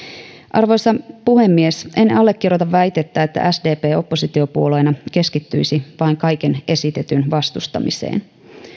arvoisa puhemies en allekirjoita väitettä että sdp oppositiopuolueena keskittyisi vain kaiken esitetyn vastustamiseen